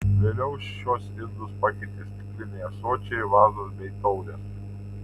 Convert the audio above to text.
vėliau šiuos indus pakeitė stikliniai ąsočiai vazos bei taurės